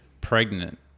pregnant